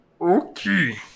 Okay